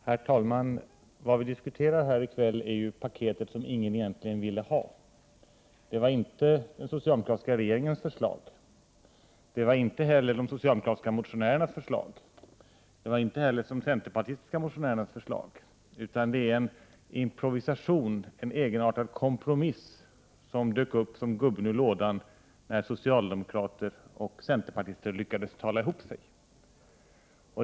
Herr talman! Vad vi diskuterar här i kväll är ju paketet som ingen egentligen ville ha. Det är inte den socialdemokratiska regeringens förslag, det är inte de socialdemokratiska motionärernas förslag och det är inte heller de centerpartistiska motionärernas förslag, utan det är en improvisation, en egenartad kompromiss som dök upp som gubben ur lådan när socialdemokrater och centerpartister lyckades tala ihop sig.